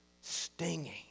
Stinging